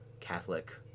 Catholic